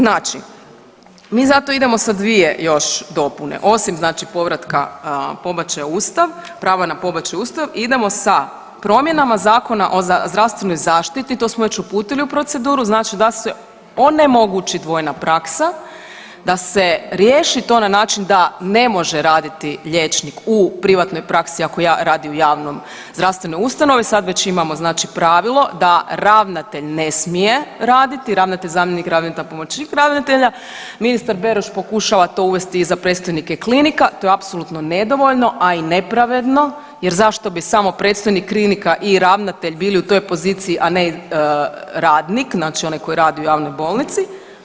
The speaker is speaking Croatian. Znači, mi zato idemo sa dvije još dopune, osim znači povratka pobačaja u Ustav, prava na pobačaj u Ustav, idemo sa promjenama Zakona o zdravstvenoj zaštiti, to smo već uputili u proceduru, znači da se onemogući dvojna praksa, da se riješi to na način da ne može raditi liječnik u privatnoj praksi ako radi u javnoj zdravstvenoj ustanovi, sad već imamo znači pravilo da ravnatelj ne smije raditi, ravnatelj, zamjenik ravnatelja, pomoćnik ravnatelja, ministar Beroš pokušava to uvesti i za predstojnike klinika, to je apsolutno nedovoljno, a i nepravedno jer zašto bi samo predstojnik klinika i ravnatelj bili u toj poziciji, a ne radnik, znači onaj koji radi u javnoj bolnici.